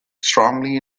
strongly